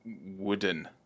wooden